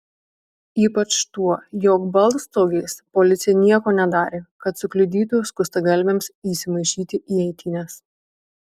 ypač tuo jog baltstogės policija nieko nedarė kad sukliudytų skustagalviams įsimaišyti į eitynes